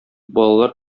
балалар